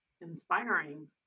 inspiring